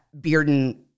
Bearden